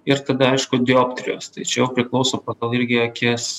ir tada aišku dioptrijos tai čia jau priklauso pagal irgi akies